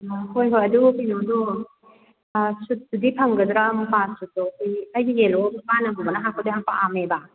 ꯍꯣꯏ ꯍꯣꯏ ꯑꯗꯨꯒ ꯀꯩꯅꯣꯗꯣ ꯁꯨꯠꯇꯗꯤ ꯐꯪꯒꯗ꯭ꯔꯥ ꯃꯨꯒꯥ ꯁꯨꯠꯇꯣ ꯑꯩ ꯑꯩꯗꯤ ꯌꯦꯜꯂꯣ ꯃꯄꯥꯟ ꯑꯃꯨꯕꯅ ꯍꯛꯄꯗꯣ ꯌꯥꯝ ꯄꯥꯝꯃꯦꯕ